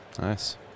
Nice